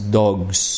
dogs